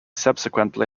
subsequently